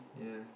yeah